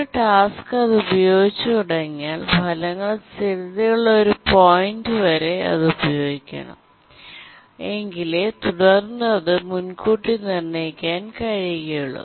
ഒരു ടാസ്ക് അത് ഉപയോഗിച്ചുതുടങ്ങിയാൽ ഫലങ്ങൾ സ്ഥിരതയുള്ള ഒരു പോയിൻറ് വരെ അത് ഉപയോഗിക്കണം എങ്കിലേ തുടർന്ന് അത് മുൻകൂട്ടി നിർണ്ണയിക്കാൻ കഴിയുകയുള്ളൂ